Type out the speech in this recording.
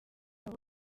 abo